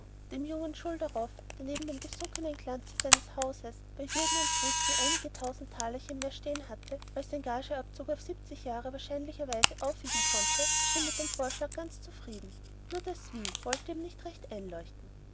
dem jungen schulderoff der neben dem gesunkenen glanz seines hauses bei juden und christen einige tausend tälerchen mehr stehen hatte als sein gageabzug auf siebzig jahre wahrscheinlicherweise aufwiegen konnte schien mit dem vorschlag ganz zufrieden nur das wie wollte ihm nicht recht einleuchten